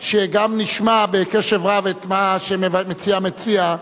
שגם נשמע בקשב רב את מה שמציע המציע,